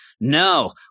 No